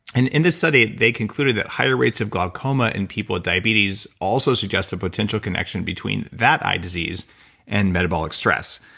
and in the study, they concluded that higher rates of glaucoma in people with diabetes also suggest the potential connection between that eye disease and metabolic stress.